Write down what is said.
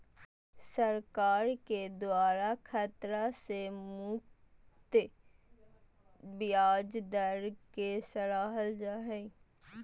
सरकार के द्वारा खतरा से मुक्त ब्याज दर के सराहल जा हइ